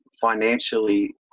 financially